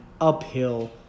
uphill